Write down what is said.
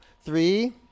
Three